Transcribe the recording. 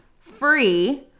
free